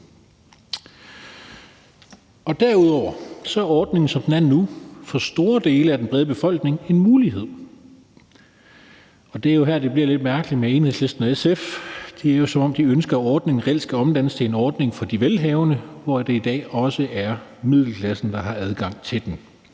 Derudover er ordningen, som den er nu, en mulighed for store dele af den brede befolkning. Det er jo her, det bliver lidt mærkeligt med Enhedslisten og SF. Det er, som om de ønsker, at ordningen reelt skal omdannes til en ordning for de velhavende – hvor det i dag også er middelklassen, der har adgang til den